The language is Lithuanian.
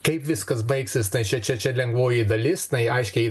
kaip viskas baigsis tai čia čia čia lengvoji dalis tai aiškiai